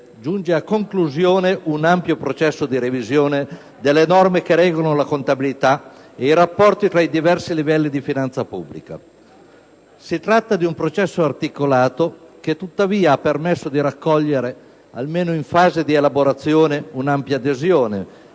giunge a conclusione un ampio processo di revisione delle norme che regolano la contabilità e i rapporti tra i diversi livelli di finanza pubblica. Si tratta di un processo articolato che tuttavia ha permesso di raccogliere, almeno in fase di elaborazione, un'ampia adesione